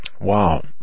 wow